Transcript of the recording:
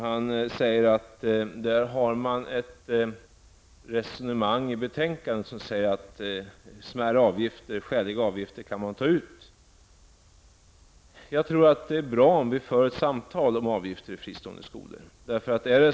Han säger att det i betänkandet förs ett resonemang innebärande att man kan ta ut smärre, skäliga avgifter. Jag tror att det är bra om vi för ett samtal om avgifter i fristående skolor.